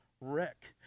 wreck